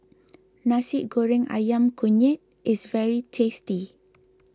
Nasi Goreng Ayam Kunyit is very tasty